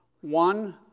One